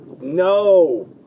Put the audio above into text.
No